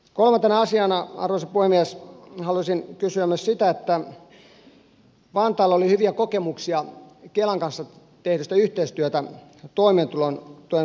kolmantena asiana arvoisa puhemies haluaisin kysyä myös siitä kun vantaalla oli hyviä kokemuksia kelan kanssa tehdystä yhteistyöstä toimeentulotuen maksatuksen kanssa